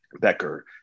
Becker